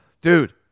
Dude